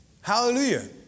Hallelujah